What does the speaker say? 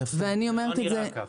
זה לא נראה ככה.